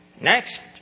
Next